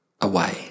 away